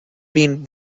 been